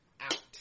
out